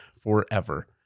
forever